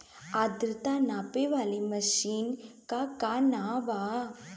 आद्रता नापे वाली मशीन क का नाव बा?